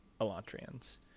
Elantrians